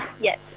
Yes